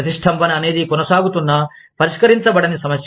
ప్రతిష్టంభన అనేది కొనసాగుతున్న పరిష్కరించబడని సమస్య